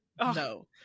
No